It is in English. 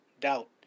doubt